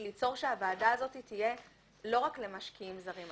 שהוועדה הזאת תהיה לא רק למשקיעים זרים.